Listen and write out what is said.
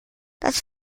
das